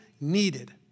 needed